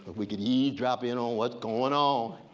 we could eavesdrop in on what's going on,